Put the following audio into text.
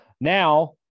Now